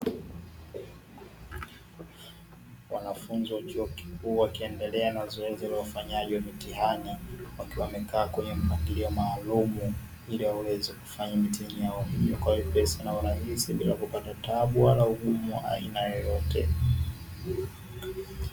Wanafunzi wa chuo kikuu wakiendelea na zoezi la ufanyaji mitihani wakiwa wamekaa katika mpangilio maalum, ili waweze kufanya mitihani yao kwa wepesi na urahisi bila kupata tabu wala ugumu wa aina yoyote.